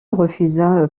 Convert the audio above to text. refusa